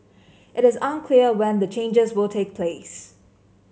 it is unclear when the changes will take place